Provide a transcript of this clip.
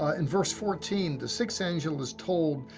ah in verse fourteen, the sixth angel is told,